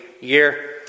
year